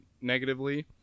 negatively